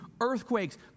earthquakes